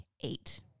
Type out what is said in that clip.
eight